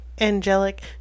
angelic